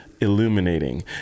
illuminating